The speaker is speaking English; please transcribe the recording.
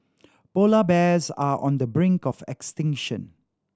polar bears are on the brink of extinction